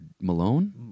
malone